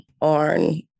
on